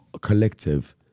collective